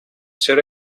چرا